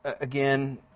again